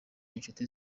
inshuti